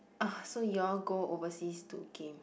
so you'll go overseas to game